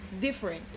different